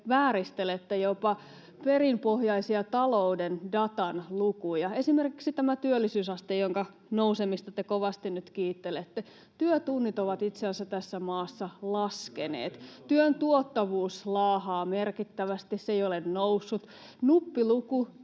vääristelette jopa perinpohjaisia talouden datan lukuja. Esimerkiksi tämä työllisyysaste, jonka nousemista te kovasti nyt kiittelette: [Toimi Kankaanniemi: Tampereen työväen teatteri!] Työtunnit ovat itse asiassa tässä maassa laskeneet. Työn tuottavuus laahaa merkittävästi. Se ei ole noussut. Nuppiluku